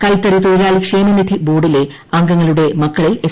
കൈത്തറി തൊഴിലാളി ക്ഷേമനിധി ബോർഡിലെ അംഗങ്ങളുടെ മക്കളിൽ എസ്